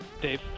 Dave